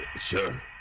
Sure